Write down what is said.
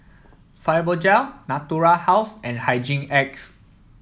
Fibogel Natura House and Hygin X